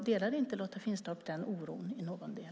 Delar inte Lotta Finstorp den oron i någon del?